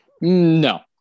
No